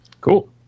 Cool